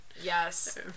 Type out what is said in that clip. Yes